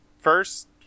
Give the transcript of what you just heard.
first